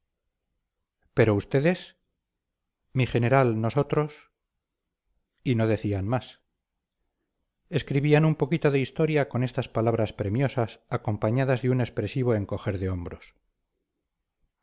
pero ustedes mi general nosotros y no decían más escribían un poquito de historia con estas palabras premiosas acompañadas de un expresivo encoger de hombros